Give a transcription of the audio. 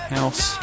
House